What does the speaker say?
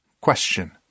Question